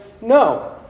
No